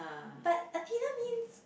but Athena means